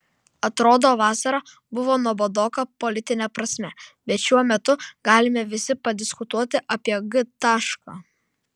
atrodo vasara buvo nuobodoka politine prasme bet šiuo metu galime visi padiskutuoti apie g tašką